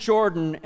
Jordan